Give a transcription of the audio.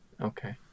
Okay